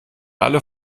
alle